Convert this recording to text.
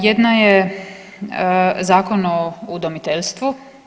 Jedna je Zakon o udomiteljstvu.